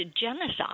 genocide